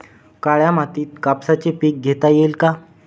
काळ्या मातीत कापसाचे पीक घेता येईल का?